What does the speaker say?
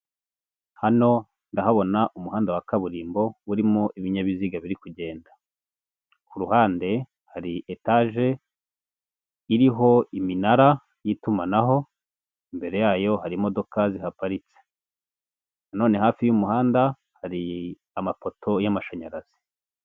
Hano ndahabona umuhanda wa kaburimbo urimo ibinyabiziga biri kugenda, ku ruhande hari etaje iriho iminara y'itumanaho imbere yayo hari imodoka zihaparitse, nanone hafi y'umuhanda hari amapoto y'amashanyarazi.